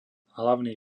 hlavný